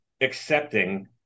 accepting